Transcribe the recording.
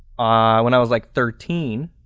when i was like thirteen,